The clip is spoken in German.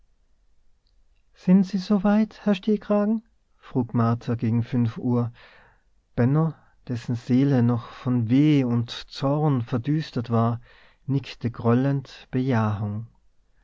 sind sie so weit herr stehkragen frug martha gegen fünf uhr benno dessen seele noch von weh und zorn verdüstert war nickte grollend bejahung